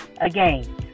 again